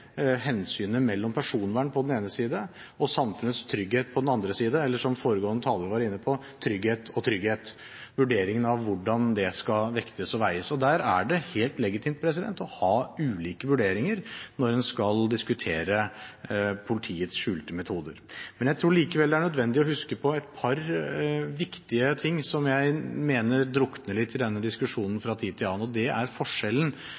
hensynet til personvern på den ene side og samfunnets trygghet på den annen – eller, som foregående taler var inne på, trygghet og trygghet, vurderingen av hvordan det skal vektes og veies. Der er det helt legitimt å ha ulike vurderinger når en skal diskutere politiets skjulte metoder. Jeg tror likevel det er nødvendig å huske på et par viktige ting, som jeg mener drukner litt i denne diskusjonen fra tid til annen. Det er forskjellen